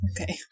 Okay